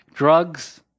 drugs